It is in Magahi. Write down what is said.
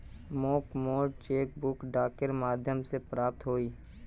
मोक मोर चेक बुक डाकेर माध्यम से प्राप्त होइए